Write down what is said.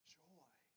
joy